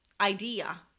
idea